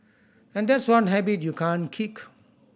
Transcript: and that's one habit you can't kick